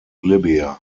libya